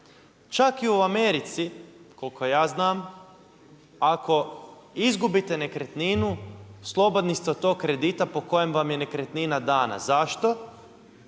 Čak i u Americi, koliko ja znam, ako izgubite nekretninu, slobodni ste od tog kredita po kojem vam je nekretnina dana. Zašto?